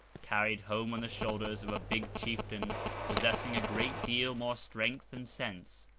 carried home on the shoulders of a big chieftain possessing a great deal more strength than sense.